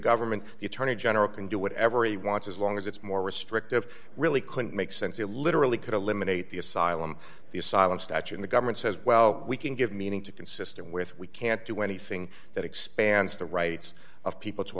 government you tony general can do whatever he wants as long as it's more restrictive really couldn't make sense he literally could eliminate the asylum the asylum statue and the government says well we can give meaning to consistent with we can't do anything that expands the rights of people to